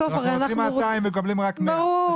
בסוף הרי אנחנו רוצים --- אנחנו רוצים 200 ומקבלים רק 100. ברור.